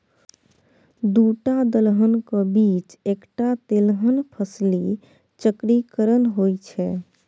दूटा दलहनक बीच एकटा तेलहन फसली चक्रीकरण होए छै